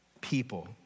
people